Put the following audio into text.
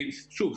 ששוב,